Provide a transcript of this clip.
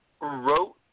wrote